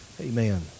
Amen